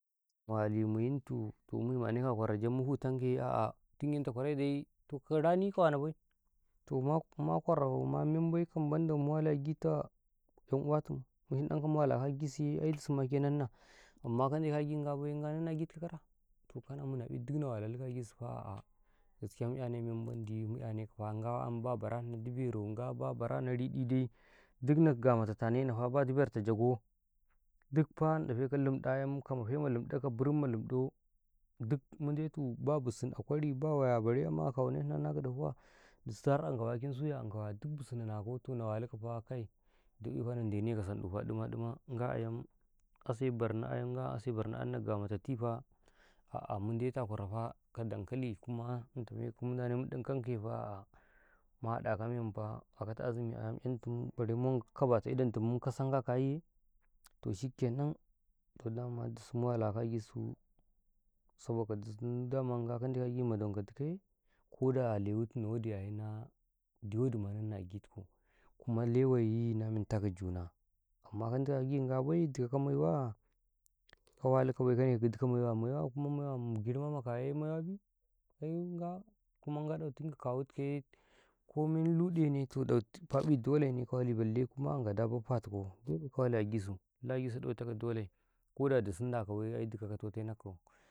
﻿ mu wali mu yuntu, toh mu wuya ne kwarau yee, mu hutan kaye, a'ah tun ge tau kwarayye, ko rani ka wana bay ma kwarau ma men bay, bonda mu wali men daa, yan'uwa tum mu shinɗan kau mu wala gisu, ai dusu ma nan nah, amma ka kara, toh mali du na walalla ka gii su faa, a'ah Jire mu ya ne ma mendi muyane kofaa, nga an ba bara Nnau dibayi rau, nga bara Nnau riɗi dai, giɗ na ga matata ne nafaa, diber tau Jalam ka mafe ma linɗe, ka linɗa yam, ka mafe ma linɗo, ka birim ma linɗo duk mu te tum ba busun a kwari, ba waya bare ma kau wakan suya, an ka yagiɗ busu na na kau, ka kai, toh na walu kau faa, kai ka sanɗu faa, ɗuma-ɗuma, ga'a yam, as ne bar nau a yam, ga a sai na ga mati faa, ah a munte tu a kwara faa, ka dan kali kumaa, mun da ne mu ɗun kan ka fa yee, mu haɗa me mu faa, a'ah katu azumi yan me tun, bare mu wankau idan tumu, mukasdan ka a kayi yee, toh shikkenan, toh daman dusu mu wala gis su, saboda da su damann ga ka de gi mane ka duka yee, ko da lewi Nni wadi ma da wadi ma nan na agi tukau, kuma lewayyi na mentu ka Juuna, amman kan dawa gi ga bay, dika mai waa, ka wali ka bay, ko ne ka dika mai wa, maiwa kuma maiwa ma girma ma ka yee ma wa bii? An ga ku man ga ɗau ta kawu tu yee, ko min luɗe ne, ta dolenka ka ɗafi, balle kuma ala anka baffa tu ko dole ka ɗafi ka wala gisu, lagi su ɗau ta kau dole ko dusu nda ka bay ai du kau na totei na du kau.